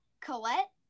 Colette